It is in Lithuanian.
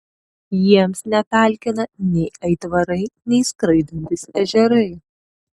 jiems netalkina nei aitvarai nei skraidantys ežerai